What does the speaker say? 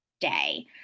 day